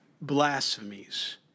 blasphemies